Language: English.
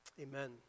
Amen